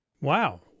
Wow